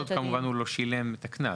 כמובן, כל עוד הוא לא שילם את הקנס.